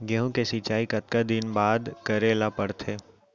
गेहूँ के सिंचाई कतका दिन बाद करे ला पड़थे?